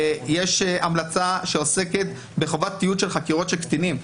יש המלצה שעוסקת בחובת תיעוד של חקירות של קטינים.